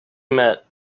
met